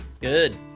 Good